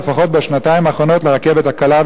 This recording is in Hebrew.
לפחות בשנתיים הראשונות לרכבת הקלה,